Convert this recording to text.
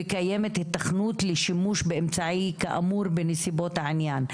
וקיימת היתכנות לשימוש באמצעי כאמור בנסיבות העניין,